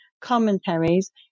commentaries